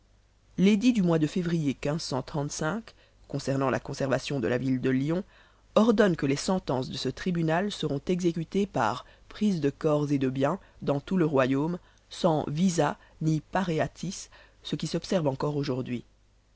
l'édit du mois de février concernant la conservation de la ville de lyon ordonne que les sentences de ce tribunal seront exécutées par prise de corps et de biens dans tout le royaume sans visa ni pareatis ce qui s'observe encore aujourd'hui